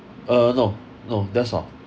uh no no that's all